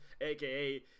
aka